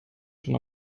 schon